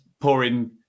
pouring